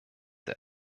der